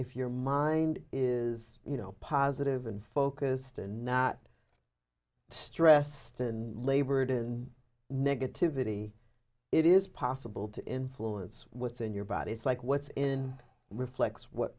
if your mind is you know positive and focused and not stressed in labored in negativity it is possible to influence what's in your body it's like what's in reflects what